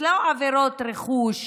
שאלו לא עבירות רכוש,